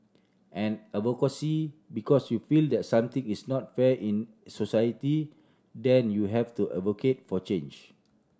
and advocacy because you feel that something is not fair in society then you have to advocate for change